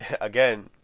again